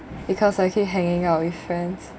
because I keep hanging out with friends